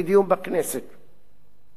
ב-37 השנים האחרונות.